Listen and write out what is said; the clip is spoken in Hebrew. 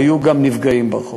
והיו גם נפגעים ברחובות.